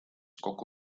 kokku